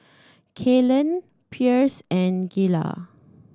Kaylan Pierce and Gayla